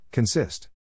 Consist